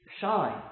shine